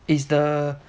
is the